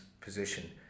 position